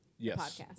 Yes